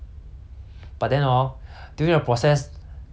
if you think that I regret right I didn't cause